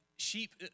Sheep